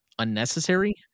Unnecessary